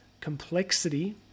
complexity